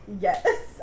Yes